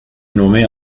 nommé